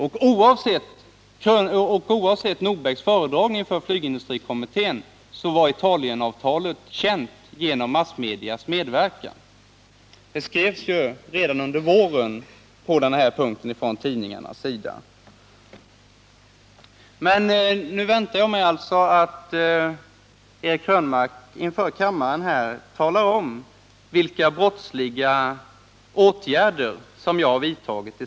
Och oavsett Nordbecks föredragning inför flygindustrikommittén var Italienavtalet känt genom massmedias medverkan. Tidningarna skrev redan under våren om detta. Nu väntar jag mig alltså att Eric Krönmark inför kammaren talar om vilka brottsliga åtgärder jag har vidtagit.